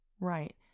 Right